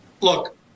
Look